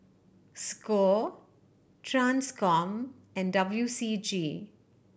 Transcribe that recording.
score Transcom and W C G